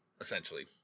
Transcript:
essentially